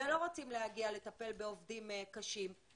ולא רוצים להגיע לטפל בעובדים קשים,